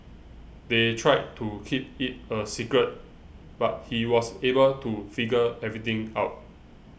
they tried to keep it a secret but he was able to figure everything out